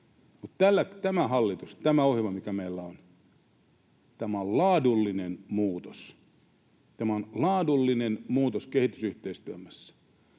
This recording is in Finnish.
on, on laadullinen muutos — tämä on laadullinen muutos kehitysyhteistyössä.